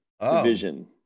Division